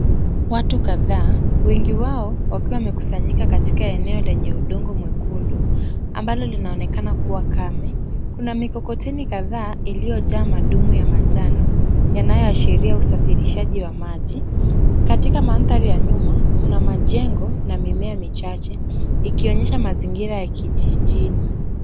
Watu kadhaa wengi wao wakiwa wamekusanyika katika eneo lenye udongo mwekundu ambalo linaonekana kuwa kame, kuna mikokoteni kadhaa iliyojaa madumu ya manjano yanayoashiria usafirishaji wa maji. Katika mandhari ya nyuma kuna majengo na mimea michache ikionyesha mazingira ya kijijini.